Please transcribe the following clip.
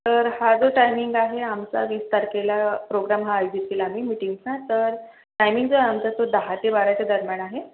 तर हा जो टायमिंग आहे आमचा वीस तारखेला प्रोग्रॅम हा आयोजित केला आहे आम्ही मीटिंगचा तर टायमिंग जो आहे आमचा तो दहा ते बाराच्या दरम्यान आहे